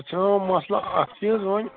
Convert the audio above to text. چھُ نَہ وۄنۍ مسلہٕ اَکھ چیٖز وۄنۍ